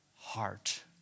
heart